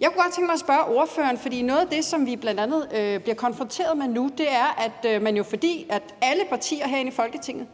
Jeg kunne godt tænke mig at spørge ordføreren om noget. For noget af det, vi bliver konfronteret med nu, er, at fordi alle partierne herinde i Folketinget